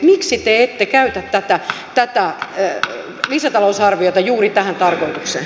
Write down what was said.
miksi te ette käytä tätä lisätalousarviota juuri tähän tarkoitukseen